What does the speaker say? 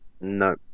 No